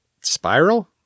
Spiral